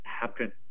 happen